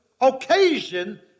occasion